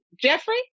Jeffrey